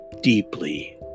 deeply